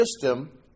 system